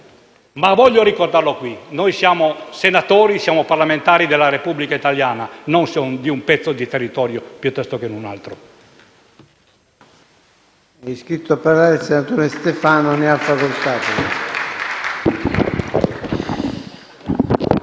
ma voglio ricordarlo anche qui: come senatori siamo parlamentari della Repubblica italiana e non di un pezzo di un territorio piuttosto che di un altro.